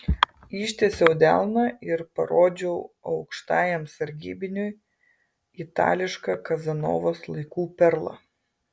ištiesiau delną ir parodžiau aukštajam sargybiniui itališką kazanovos laikų perlą